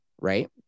Right